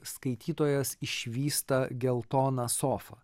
skaitytojas išvysta geltoną sofą